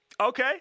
Okay